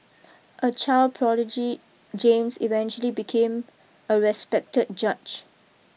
a child prodigy James eventually became a respected judge